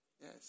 yes